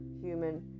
human